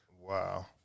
Wow